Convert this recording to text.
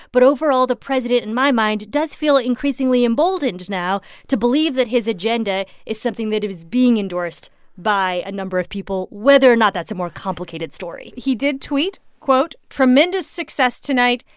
but overall the president, in my mind, does feel increasingly emboldened now to believe that his agenda is something that is being endorsed by a number of people whether or not that's a more complicated story he did tweet, quote, tremendous success tonight.